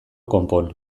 konpon